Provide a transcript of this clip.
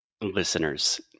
Listeners